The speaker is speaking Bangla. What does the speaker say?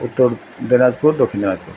উত্তর দিনাজপুর দক্ষিণ দিনাজপুর